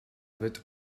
with